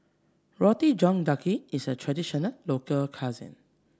Roti John Daging is a traditional local cuisine